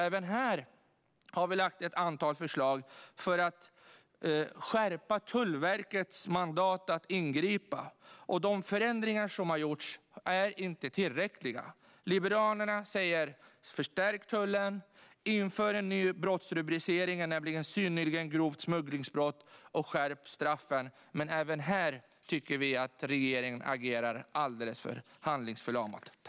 Även här har vi lagt fram ett antal förslag för att skärpa Tullverkets mandat att ingripa. De förändringar som har gjorts är inte tillräckliga. Liberalerna säger: Förstärk tullen, inför en ny brottsrubricering - synnerligen grovt smugglingsbrott - och skärp straffen. Även här tycker vi att regeringen agerar alldeles för handlingsförlamat.